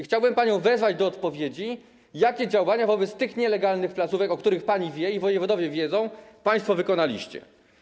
Chciałbym panią wezwać do odpowiedzi na pytanie, jakie działania wobec tych nielegalnych placówek, o których pani wie i wojewodowie wiedzą, państwo wykonaliście.